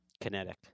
Kinetic